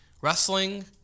wrestling